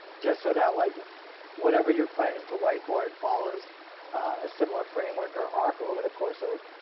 just so that like whatever you're planning to whiteboard follows a similar framework or arc over the course of